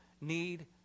need